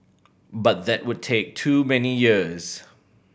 but that would take too many years